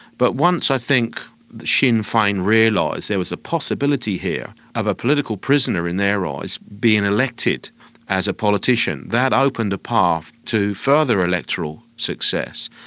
but once i think sinn fein realised there was a possibility here of a political prisoner, in their eyes, being elected as a politician, that opened a path to further electoral success.